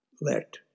let